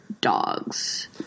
Dogs